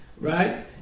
right